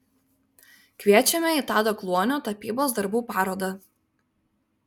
kviečiame į tado kluonio tapybos darbų parodą